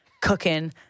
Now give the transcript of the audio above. cooking